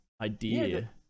idea